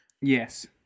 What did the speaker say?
yes